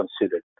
considered